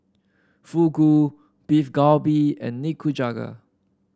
Fugu Beef Galbi and Nikujaga